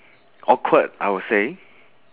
awkward I would say